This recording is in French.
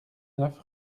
neuf